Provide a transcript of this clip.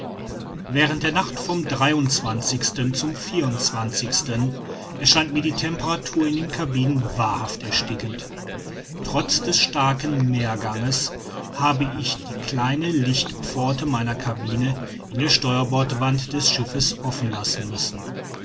während der nacht vom zum erscheint mir die temperatur in den cabinen wahrhaft erstickend trotz des starken meerganges habe ich die kleine lichtpforte meiner cabine in der steuerbordwand des schiffes offen lassen müssen